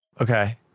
Okay